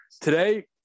today